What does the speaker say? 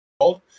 called